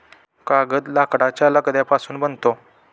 कागद लाकडाच्या लगद्यापासून बनतो